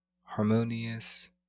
harmonious